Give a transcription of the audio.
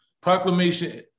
proclamation